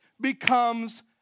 becomes